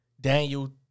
Daniel